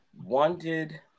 wanted